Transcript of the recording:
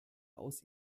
aus